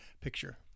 picture